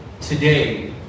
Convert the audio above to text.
today